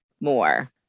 more